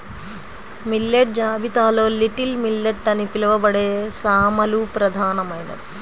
millet జాబితాలో little millet అని పిలవబడే సామలు ప్రధానమైనది